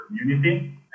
community